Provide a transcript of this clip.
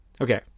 Okay